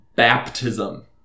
Baptism